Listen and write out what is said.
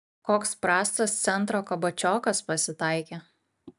koks prastas centro kabačiokas pasitaikė